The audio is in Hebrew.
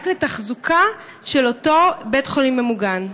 רק לתחזוקה של אותו בית-חולים מוגן.